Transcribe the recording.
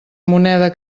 moneda